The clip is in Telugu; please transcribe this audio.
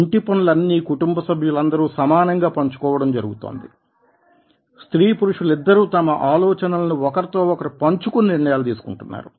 ఇంటి పనులన్నీ కుటుంబ సభ్యులందరూ సమానంగా పంచుకోవడం జరుగుతోంది స్త్రీ పురుషులు ఇద్దరూ తమ ఆలోచనలను ఒకరితో ఒకరు పంచుకొని నిర్ణయాలు తీసుకుంటున్నారు